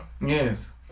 Yes